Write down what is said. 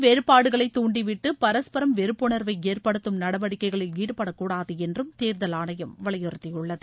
வேறுபாடுகளளை தூண்டிவிட்டு பரஸ்பரம் வெறுப்புணர்வை கருத்து ஏற்படுத்தம் நடவடிக்கைகளில் ஈடுபடக்கூடாது என்றும் தேர்தல் ஆணையம் வலியுறுத்தியுள்ளது